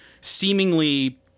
seemingly